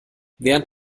während